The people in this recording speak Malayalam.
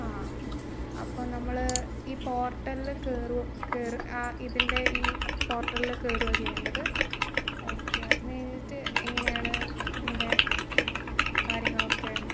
ആ അപ്പം നമ്മൾ ഈ പോർട്ടൽല് ആ ഇതിൻ്റെ ഈ പോർട്ടൽല് കയറുവാണ് ചെയ്യേണ്ടത് ഓക്കെ അത് കഴിഞ്ഞിട്ട് എങ്ങനെയാണ് ഇതിൻ്റെ കാര്യങ്ങൾ ഒക്കെ